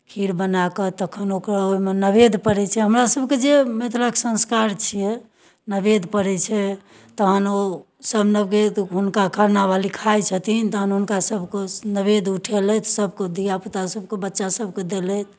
खीर बना कऽ तखन ओकर ओहिमे नैवेद्य पड़ै छै हमरासभके जे मिथिलाके संस्कार छियै नैवेद्य पड़ै छै तखन ओसभ नैवेद्य हुनका खरनावाली खाइ छथिन तखन हुनकासभके नैवेद्य उठेलथि सभके धियापुतासभके बच्चासभके देलथि